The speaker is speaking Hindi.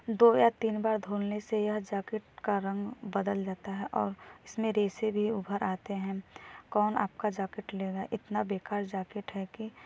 दो या तीन बार धुलने से यह जाकेट का रंग बदल जाता है और इसमें रेशे भी उभर आते हैं कौन आपका जाकेट लेगा इतना बेकार जाकेट है कि